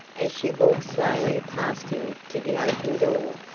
and she walked slowly past him to the open door,